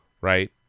right